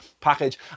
package